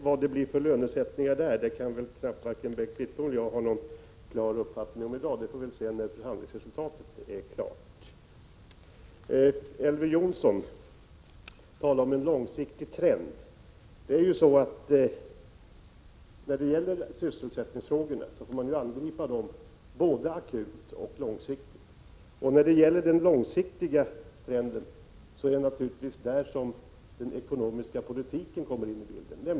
Vilka lönesättningar som blir aktuella kan väl knappast Bengt Wittbom eller jag ha någon klar uppfattning om i dag. Det får vi se när förhandlingsresultatet är klart. Elver Jonsson talar om en långsiktig trend i sysselsättningen. Sysselsättningsfrågorna måste angripas både akut och långsiktigt. Den ekonomiska politiken kommer naturligtvis in i bilden vad gäller den långsiktiga trenden.